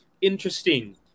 interesting